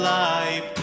life